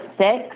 six